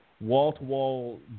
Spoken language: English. wall-to-wall